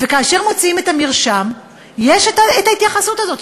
וכאשר מוציאים את המרשם ישנה ההתייחסות הזאת,